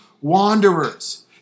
wanderers